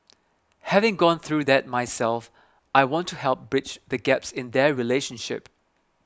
having gone through that myself I want to help bridge the gaps in their relationship